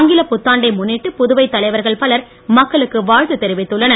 ஆங்கிலப் புத்தாண்டை முன்னிட்டு புதுவை தலைவர்கள் பலர் மக்களுக்கு வாழ்த்து தெரிவித்துள்ளனர்